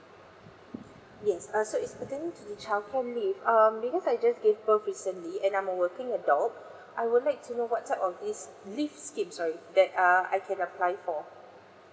yes uh so is pertaining to child care leave um because I just gave birth recently and I'm a working adult I would like to know what type of leaves leaves scheme sorry that err I can apply for